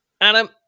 Adam